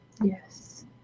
Yes